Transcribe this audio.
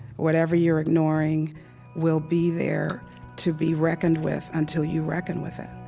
whatever you're ignoring will be there to be reckoned with until you reckon with it.